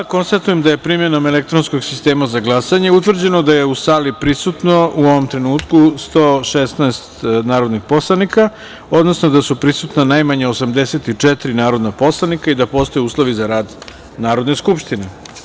Konstatujem da je, primenom elektronskog sistema za glasanje, utvrđeno da je u sali prisutno, u ovom trenutku, 116 narodnih poslanika, odnosno da su prisutna najmanje 84 narodna poslanika i da postoje uslovi za rad Narodne skupštine.